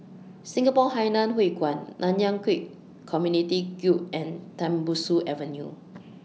Singapore Hainan Hwee Kuan Nanyang Khek Community Guild and Tembusu Avenue